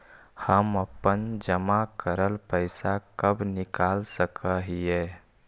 हम अपन जमा करल पैसा कब निकाल सक हिय?